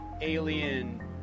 alien –